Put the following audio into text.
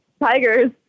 tigers